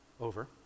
over